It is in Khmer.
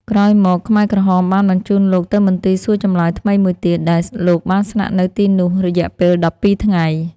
ក្រោយមក ខ្មែរក្រហមបានបញ្ជូនលោកទៅមន្ទីរសួរចម្លើយថ្មីមួយទៀត ដែលលោកបានស្នាក់នៅទីនោះរយៈពេល ១២ ថ្ងៃ។